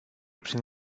prin